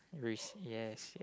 risk yes